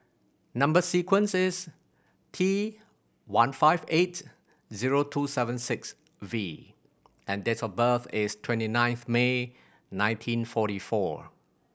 number sequence is T one five eight zero two seven six V and date of birth is twenty ninth May nineteen forty four